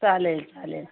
चालेल चालेल